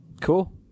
Cool